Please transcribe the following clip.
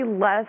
less